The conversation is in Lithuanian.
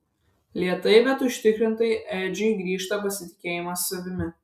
lėtai bet užtikrintai edžiui grįžta pasitikėjimas savimi